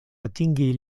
atingi